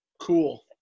Cool